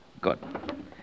Good